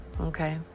Okay